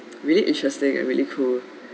really interesting really cool